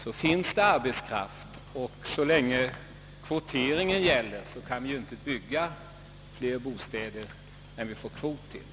Det finns arbetskraft, och så länge kvoteringen gäller kan vi inte bygga fler bostäder än vad kvoten anger.